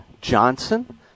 Johnson